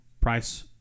price